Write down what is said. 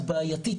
את בעייתית.